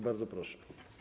Bardzo proszę.